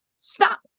stop